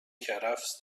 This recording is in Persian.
کرفس